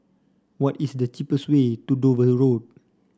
what is the cheapest way to Dover Road